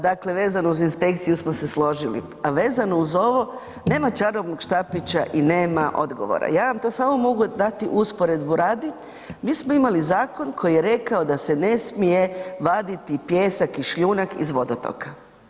Dakle, vezano uz inspekciju mi smo složili a vezano uz ovo, nema čarobnog štapića i nema odgovora, ja vam tu samo mogu dati usporedbu radi, mi smo imali zakon koji je rekao da se ne smije vaditi pijesak i šljunak iz vodotoka.